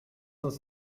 uns